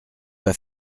pas